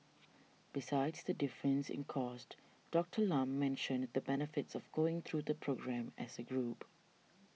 besides the difference in cost Doctor Lam mentioned the benefits of going through the programme as a group